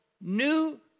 new